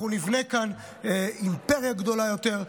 אנחנו נבנה כאן אימפריה גדולה יותר,